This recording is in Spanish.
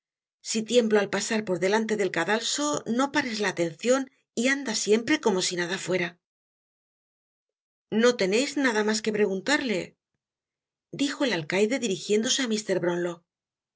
si tiemblo al pasar por delante del cadalso no pares la atencion y anda siempre como si nada fuera no teneis nada mas que preguntarle dijo el alcaide dirijiéndose á mr brownlow no